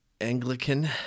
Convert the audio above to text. Anglican